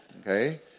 Okay